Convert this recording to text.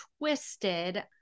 twisted